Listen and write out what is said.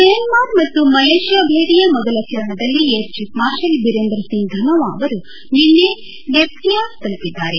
Myanmar ಮತ್ತು Malaysia ಭೇಟಿಯ ಮೊದಲ ಚರಣದಲ್ಲಿ air chief marshal Birender Singh Dhanoa ಅವರು ನಿನ್ನೆ ನ್ಯಪ್ಕಿಟಾ ತಲುಪಿದ್ದಾರೆ